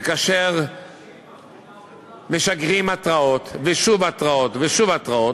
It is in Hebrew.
וכאשר משגרים התרעות ושוב התרעות ושוב התרעות,